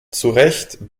zurecht